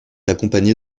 accompagné